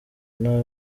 nta